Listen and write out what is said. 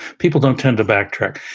people don't tend to backtrack.